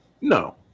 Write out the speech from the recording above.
No